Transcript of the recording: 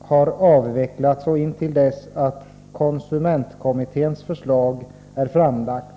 har avvecklats och intill dess att konsumentkommitténs förslag är framlagt.